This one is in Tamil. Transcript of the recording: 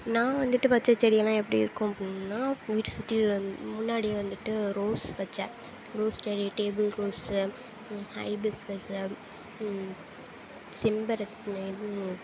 நான் வந்துவிட்டு வெச்ச செடியெல்லாம் எப்படி இருக்கும் அப்படின்னா வீடு சுற்றி உள்ள முன்னாடி வந்துவிட்டு ரோஸ் வைச்சேன் ரோஸ் செடி டேபுள் ரோஸு ஹைபிஸ்கஸு செம்பருத்தி